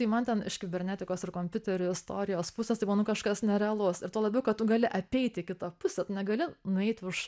tai man ten iš kibernetikos ir kompiuterių istorijos pusės tai buvo nu kažkas nerealaus ir tuo labiau kad gali apeiti kitą pusę tu negali nueiti už